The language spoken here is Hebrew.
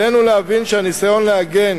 עלינו להבין שהניסיון להגן